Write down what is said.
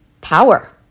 power